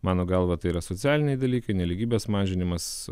mano galva tai yra socialiniai dalykai nelygybės mažinimas